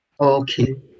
Okay